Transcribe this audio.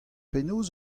penaos